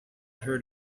heard